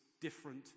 different